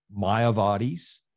Mayavadis